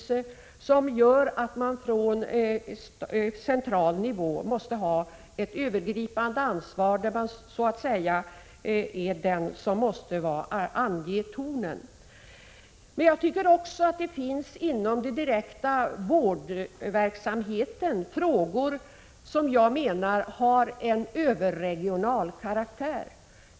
De innebär att man från central nivå måste ha ett övergripande ansvar och så att säga ange tonen. Jag tycker också att det inom den direkta vårdverksamheten finns frågor med en överregional karaktär.